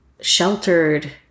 sheltered